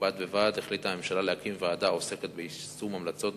בד בבד החליטה הממשלה להקים ועדה העוסקת ביישום ההמלצות,